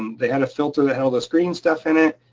um they had a filter. they had this green stuff in it,